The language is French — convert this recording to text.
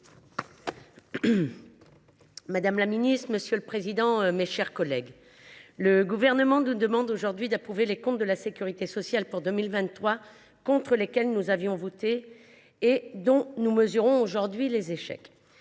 madame la ministre, mes chers collègues, le Gouvernement nous demande aujourd’hui d’approuver les comptes de la sécurité sociale pour 2023, contre lesquels nous avions voté et dont nous mesurons aujourd’hui les échecs.